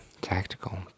Tactical